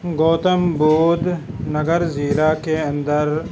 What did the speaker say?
گوتم بدھ نگر ضلع کے اندر